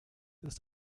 ist